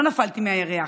לא נפלתי מהירח.